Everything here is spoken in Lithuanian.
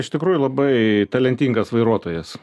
iš tikrųjų labai talentingas vairuotojas